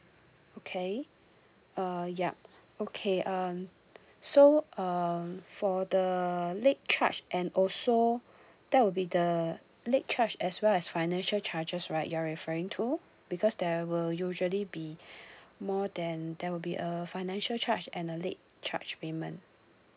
okay uh yup okay um so um for the late charge and also that will be the late charge as well as financial charges right you are referring to because there will usually be more than there will be a financial charge and the late charge payment